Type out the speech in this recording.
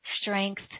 strength